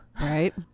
right